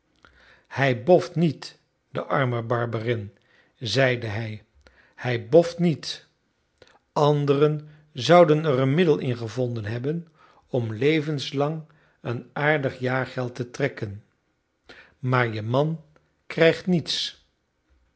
hij boft niet de arme barberin zeide hij hij boft niet anderen zouden er een middel in gevonden hebben om levenslang een aardig jaargeld te trekken maar je man krijgt niets